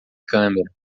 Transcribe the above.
câmera